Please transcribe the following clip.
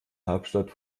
hauptstadt